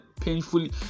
painfully